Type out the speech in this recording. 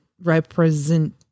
Represent